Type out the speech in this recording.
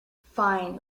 fine